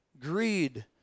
greed